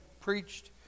preached